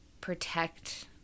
protect